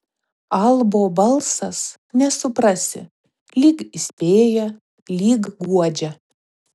albo balsas nesuprasi lyg įspėja lyg guodžia